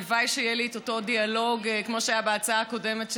הלוואי שיהיה לי את אותו דיאלוג כמו שהיה בהצעה הקודמת,